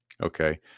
Okay